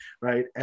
right